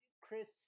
Chris